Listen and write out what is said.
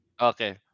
Okay